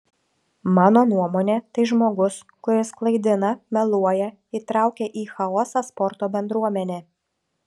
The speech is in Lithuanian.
mano nuomone tai žmogus kuris klaidina meluoja įtraukia į chaosą sporto bendruomenę